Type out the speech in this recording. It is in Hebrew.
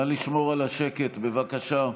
נא לשמור על השקט, בבקשה.